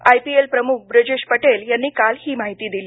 I P L प्रमुख बृजेश पटेल यांनी काल ही माहिती दिली